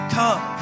come